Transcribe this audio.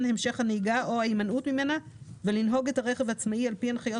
המשך הנהיגה או הימנעות ממנה ולנהוג את הרכב העצמאי על פי הנחיות